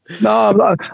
No